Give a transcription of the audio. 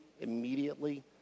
immediately